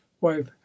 wife